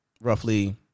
roughly